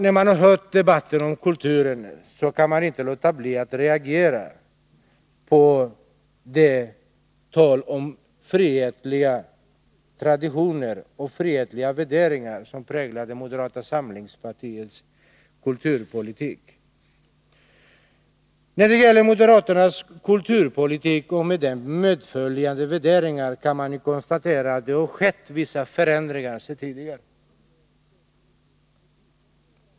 När man hört debatten om kulturen kan man inte låta bli att reagera på talet om frihetliga traditioner och frihetliga värderingar, som präglar moderata samlingspartiets kulturpolitik. När det gäller moderaternas kulturpolitik och med den medföljande värderingar kan man konstatera att det har skett vissa förändringar i jämförelse med tidigare år.